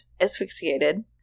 asphyxiated